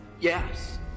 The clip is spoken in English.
yes